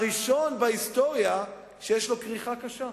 הראשון בהיסטוריה שיש לו כריכה קשה.